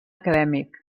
acadèmic